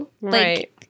Right